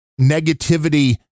negativity